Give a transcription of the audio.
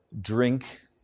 drink